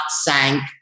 sank